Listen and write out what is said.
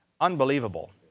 unbelievable